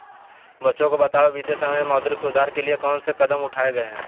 बच्चों बताओ बीते समय में मौद्रिक सुधार के लिए कौन से कदम उठाऐ गए है?